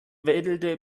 wedelte